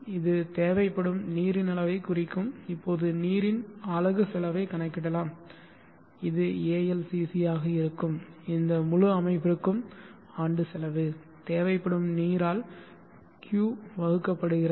இது தேவைப்படும் நீரின் அளவைக் குறிக்கிறது இப்போது நீரின் அலகு செலவைக் கணக்கிடலாம் இது ALCC ஆக இருக்கும் இந்த முழு அமைப்பிற்கும் ஆண்டு செலவு தேவைப்படும் நீரால் Q வகுக்கப்படுகிறது